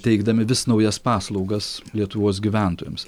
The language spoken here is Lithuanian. teikdami vis naujas paslaugas lietuvos gyventojams